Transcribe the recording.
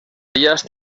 ellas